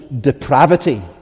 depravity